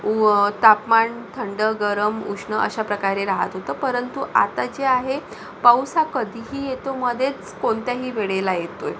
तापमान थंड गरम उष्ण अशाप्रकारे राहत होतं परंतु आता जे आहे पाऊस हा कधीही येतो मध्येच कोणत्याही वेळेला येतोय